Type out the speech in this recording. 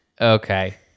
Okay